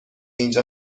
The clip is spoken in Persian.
اینجا